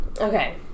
Okay